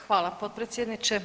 Hvala potpredsjedniče.